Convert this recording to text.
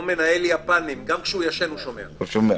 כמו מנהל יפנים, גם כשהוא ישן הוא שומע.